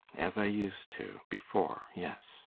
as i used to, before, yes.